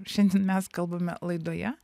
šiandien mes kalbame laidoje